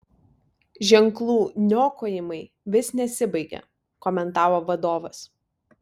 ženklų niokojimai vis nesibaigia komentavo vadovas